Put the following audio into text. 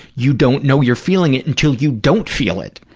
you don't know you're feeling it until you don't feel it!